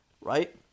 Right